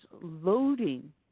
loading